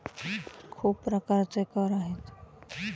खूप प्रकारचे कर आहेत